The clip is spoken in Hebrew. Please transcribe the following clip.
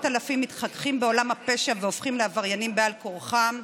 אלפים מתחככים בעולם הפשע והופכים לעבריינים בעל כורחם,